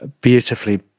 beautifully